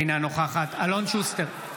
אינה נוכחת אלון שוסטר,